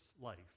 life